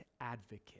advocate